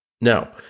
Now